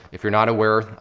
if you're not aware,